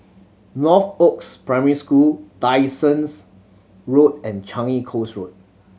Northoaks Primary School Dyson's Road and Changi Coast Road